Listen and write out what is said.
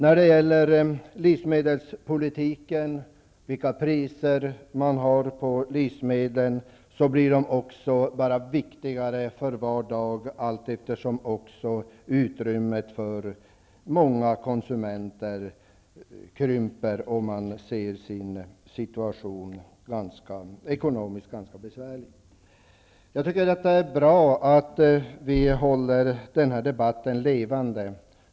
Frågan om priserna på livsmedel blir bara viktigare för var dag allteftersom utrymmet för många konsumenter krymper och de i övrigt kan ha en besvärlig ekonomisk situation. Jag tycker att det är bra att vi håller debatten levande.